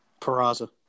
Peraza